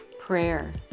Prayer